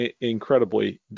incredibly